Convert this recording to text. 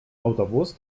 autobus